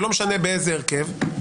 ולא משנה באיזה הרכב,